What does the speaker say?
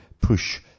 push